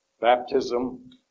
baptism